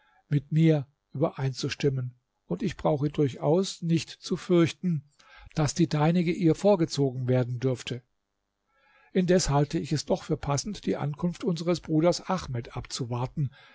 mit mir übereinzustimmen und ich brauche durchaus nicht zu fürchten daß die deinige ihr vorgezogen werden dürfte indes halte ich es doch für passend die ankunft unseres bruders ahmed abzuwarten